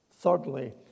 thirdly